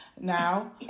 now